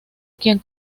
quien